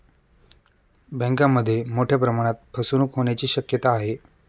बँकांमध्ये मोठ्या प्रमाणात फसवणूक होण्याची शक्यता आहे